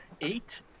eight